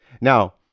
Now